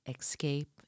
escape